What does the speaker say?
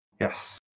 Yes